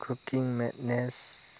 कुकिं madness